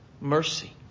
mercy